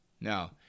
Now